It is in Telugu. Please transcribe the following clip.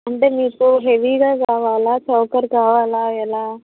అంటే మీకు హెవీగా కావాలా చౌకర్ కావాలా ఎలా